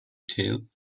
detail